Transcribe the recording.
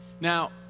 now